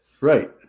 Right